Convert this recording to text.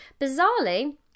Bizarrely